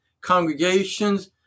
congregations